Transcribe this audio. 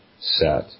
set